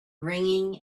ringing